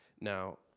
now